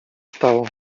stało